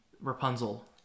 Rapunzel